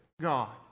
God